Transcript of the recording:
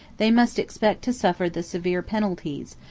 they must expect to suffer the severe penalties,